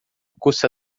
custa